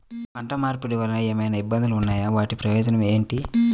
పంట మార్పిడి వలన ఏమయినా ఇబ్బందులు ఉన్నాయా వాటి ప్రయోజనం ఏంటి?